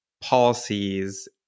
policies